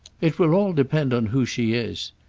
it will all depend on who she is.